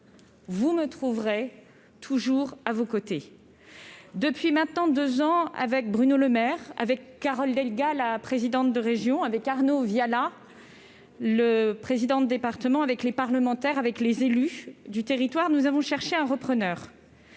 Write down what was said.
vous me trouverez -toujours à vos côtés. Depuis maintenant deux ans, avec Bruno Le Maire, avec Carole Delga, présidente de la région Occitanie, avec Arnaud Viala, président du département de l'Aveyron, ainsi qu'avec les parlementaires et les élus du territoire, nous avons cherché un repreneur.